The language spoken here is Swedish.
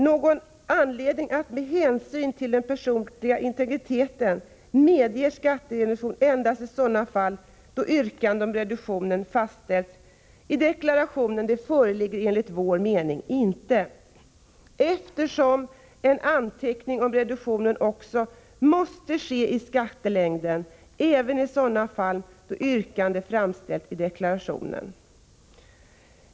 Någon anledning att av hänsyn till den personliga integriteten medge skattereduktion endast i sådana fall då yrkande om reduktion framställts i deklarationen föreligger enligt vår mening inte, eftersom en anteckning om reduktion också måste ske i skattelängden även i sådana fall då yrkande framställs i deklarationen.